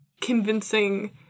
convincing